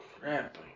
crap